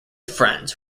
friends